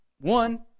one